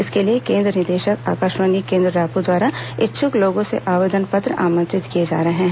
इसके लिए केन्द्र निदेशक आकाशवाणी केन्द्र रायपुर द्वारा इच्छुक लोंगो से आवेदन पत्र आमंत्रित किए जा रहे हैं